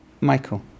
Michael